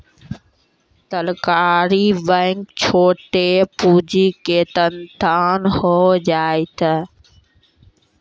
सहकारी बैंक छोटो पूंजी के संस्थान होय छै